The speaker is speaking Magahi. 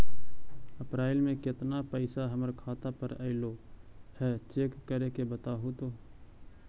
अप्रैल में केतना पैसा हमर खाता पर अएलो है चेक कर के बताहू तो?